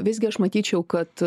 visgi aš matyčiau kad